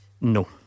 No